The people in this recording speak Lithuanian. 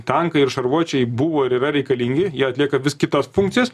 tankai ir šarvuočiai buvo ir yra reikalingi jie atlieka vis kitas funkcijas